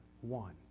one